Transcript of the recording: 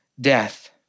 death